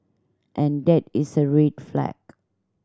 and that is a red flag